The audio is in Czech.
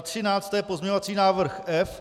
13. Pozměňovací návrh F.